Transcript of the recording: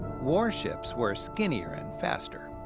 warships were skinnier and faster.